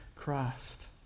Christ